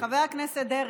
חבר הכנסת דרעי,